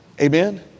Amen